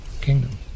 kingdom